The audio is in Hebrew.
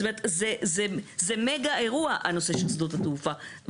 זאת אומרת, זה מגה אירוע הנושא של שדות התעופה.